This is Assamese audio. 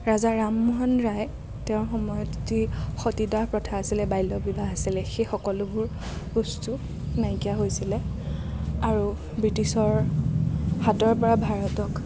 ৰাজা ৰামমোহন ৰায় তেওঁৰ সময়ত যি সতীদাহ প্ৰথা আছিলে বাল্য বিবাহ আছিলে সেই সকলোবোৰ বস্তু নাইকিয়া হৈছিলে আৰু ব্ৰিটিছৰ হাতৰপৰা ভাৰতক